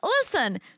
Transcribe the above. listen